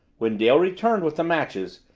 when dale returned with the matches,